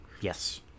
yes